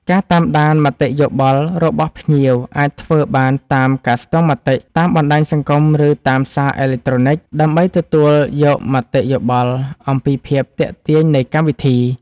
ការតាមដានមតិយោបល់របស់ភ្ញៀវអាចធ្វើបានតាមការស្ទង់មតិ តាមបណ្ដាញសង្គម ឬតាមសារអេឡិចត្រូនិច ដើម្បីទទួលយកមតិយោបល់អំពីភាពទាក់ទាញនៃកម្មវិធី។